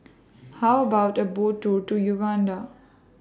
How about A Boat Tour to Uganda